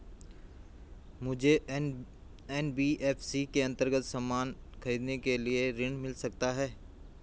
मुझे एन.बी.एफ.सी के अन्तर्गत सामान खरीदने के लिए ऋण मिल सकता है?